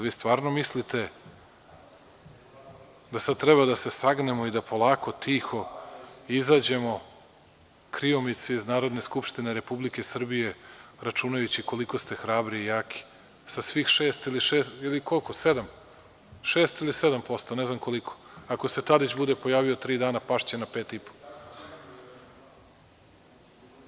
Vi stvarno mislite da sada treba da se sagnemo i polako, tiho izađemo kriomice iz Narodne skupštine Republike Srbije računajući koliko ste hrabri i jaki, sa svih šest, ili koliko sedam, šest ili sedam posto, ako se Tadić bude pojavio tri dana pašće na pet i po.